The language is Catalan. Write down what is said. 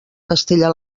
castella